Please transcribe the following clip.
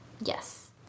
Yes